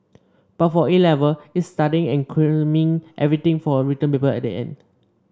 but for A Level it's studying and cramming everything for a written paper at the end